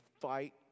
fight